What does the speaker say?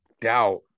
doubt